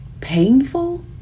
painful